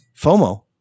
FOMO